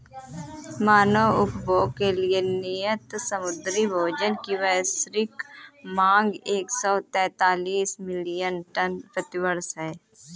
मानव उपभोग के लिए नियत समुद्री भोजन की वैश्विक मांग एक सौ तैंतालीस मिलियन टन प्रति वर्ष है